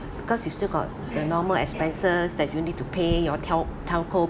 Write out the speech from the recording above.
because you still got the normal expenses that you need to pay your tel~ telco